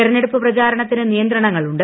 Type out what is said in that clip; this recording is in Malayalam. തെരഞ്ഞെടുപ്പ് പ്രചാരണത്തിന് നിയന്ത്രണങ്ങളുണ്ട്